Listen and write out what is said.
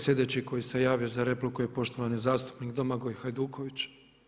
Sljedeći koji se javio za repliku je poštovani zastupnik Domagoj Hajduković.